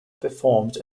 performed